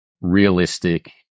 realistic